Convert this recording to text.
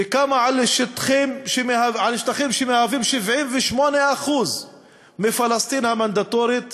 וקמה על שטחים שמהווים 78% מפלסטין המנדטורית,